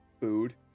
Food